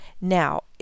now